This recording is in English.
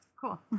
Cool